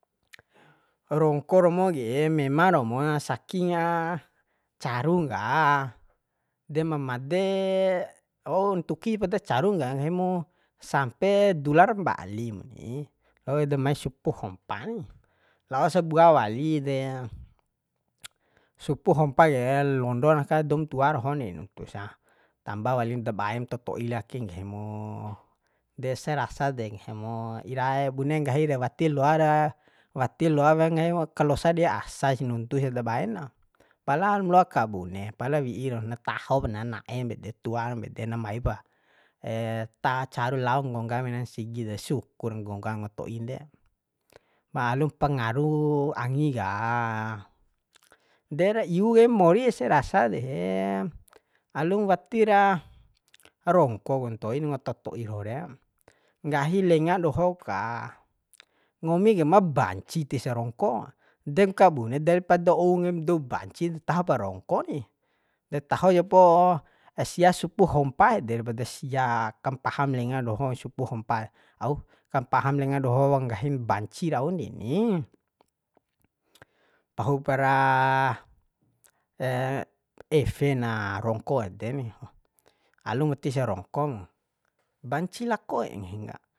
Rongko romo ke mema romo na sakinga carung ka de ma made ountuki poda caru ka nggahi mu sampe dular mbali mu ni wau ede mai supu hompa ni lao sabua wali de supu hompa ke london aka doum tua dohon re nuntu sa tamba walim dabaem toto'i li ake nggahi mo de ese rasa de nggahi mo iraee bune nggahi de wati loa ra wati loa wea nggahimu kalosa dei asa sih nuntusa dabae na pala mloa kabune pala wi'iro na taho nana'e pede tuan pede na maipa ta caru lao nggongga mena sigi de sukura nggongga unga to'i de baalum pangaru ku angi ka de ra iu kaim mori ese rasa de alum watira rongko ku ntoin unga totoi rau de nggahi lenga dohok ka ngomi ke ma banci tisa rongko dem ka bune dari pada ou kaim dou banci taho pa rongko ni de taho japo sia supu hompa ede dari poda sia kampaham lenga doho supu hompa auk kampaham lenga doho nggahim banci raun deni pahupara efe na rongko ede ni alum watisa rongko mu banci lakoee ngahin ka